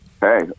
Hey